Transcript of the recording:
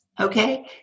Okay